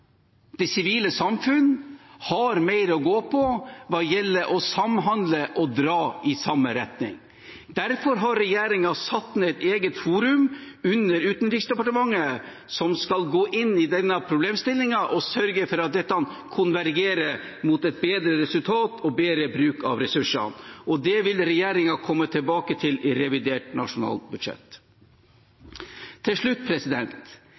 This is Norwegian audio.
det sivile samfunn har mer å gå på hva gjelder å samhandle og dra i samme retning. Derfor har regjeringen satt ned et eget forum, under Utenriksdepartementet, som skal gå inn i denne problemstillingen og sørge for at dette konvergerer mot et bedre resultat og bedre bruk av ressursene, og det vil regjeringen komme tilbake til i revidert nasjonalbudsjett. Til slutt: